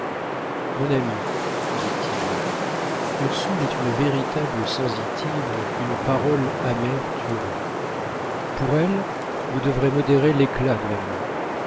mon ami dit-il ursule est une véritable sensitive qu'une parole amère tuerait pour elle vous devrez modérer l'éclat de l'amour